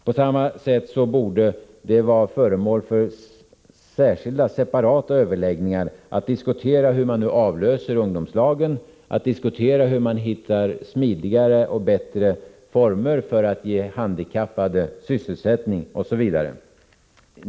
På samma sätt borde det vara föremål för separata överläggningar hur man avlöser ungdomslagen, hur man hittar smidigare och bättre former för att ge handikappade sysselsättning osv.